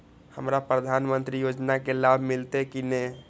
हमरा प्रधानमंत्री योजना के लाभ मिलते की ने?